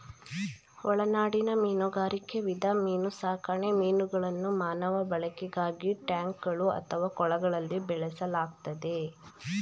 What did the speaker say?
ಒಳನಾಡಿನ ಮೀನುಗಾರಿಕೆ ವಿಧ ಮೀನುಸಾಕಣೆ ಮೀನುಗಳನ್ನು ಮಾನವ ಬಳಕೆಗಾಗಿ ಟ್ಯಾಂಕ್ಗಳು ಅಥವಾ ಕೊಳಗಳಲ್ಲಿ ಬೆಳೆಸಲಾಗ್ತದೆ